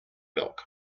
milk